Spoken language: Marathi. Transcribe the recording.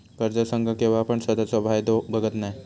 कर्ज संघ केव्हापण स्वतःचो फायदो बघत नाय